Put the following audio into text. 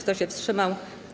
Kto się wstrzymał?